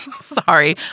Sorry